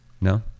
no